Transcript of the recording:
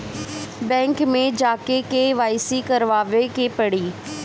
Bank मे जा के के.वाइ.सी करबाबे के पड़ी?